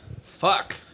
fuck